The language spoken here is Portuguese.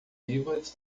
vivas